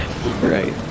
Right